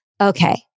okay